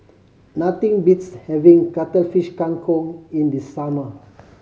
nothing beats having Cuttlefish Kang Kong in the summer